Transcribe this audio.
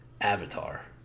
Avatar